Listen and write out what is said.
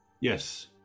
Yes